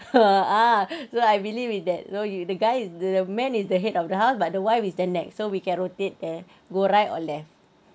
ah so I believe is that you know the guy is the man is the head of the house but the wife is their neck so we can rotate eh go right or left